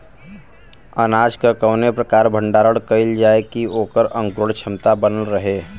अनाज क कवने प्रकार भण्डारण कइल जाय कि वोकर अंकुरण क्षमता बनल रहे?